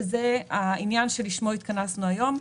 שזה העניין שלשמו התכנסנו היום,